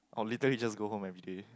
I'll literally just go home everyday